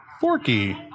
Forky